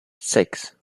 six